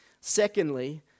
Secondly